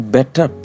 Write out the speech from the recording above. Better